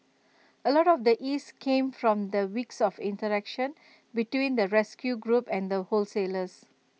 A lot of the ease came from weeks of interaction between the rescue group and the wholesalers